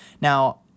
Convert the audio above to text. Now